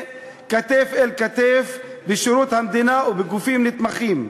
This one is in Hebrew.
כתף-אל-כתף בשירות המדינה ובגופים נתמכים.